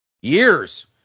Years